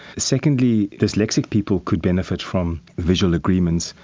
secondly, dyslexic people could benefit from visual agreements,